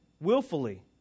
willfully